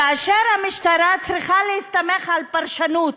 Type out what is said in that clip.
כאשר המשטרה צריכה להסתמך על פרשנות,